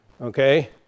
okay